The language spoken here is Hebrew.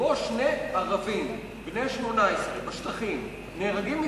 שבו שני ערבים בני 18 בשטחים נהרגים מטווח,